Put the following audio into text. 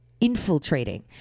Infiltrating